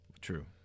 True